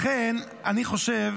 לכן אני חושב